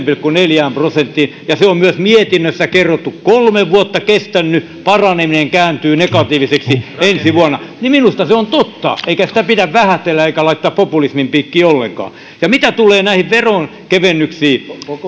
pilkku neljään prosenttiin ja se on myös mietinnössä kerrottu kolme vuotta kestänyt paraneminen kääntyy negatiiviseksi ensi vuonna niin minusta se on totta eikä sitä pidä vähätellä eikä laittaa populismin piikkiin ollenkaan ja mitä tulee näihin veronkevennyksiin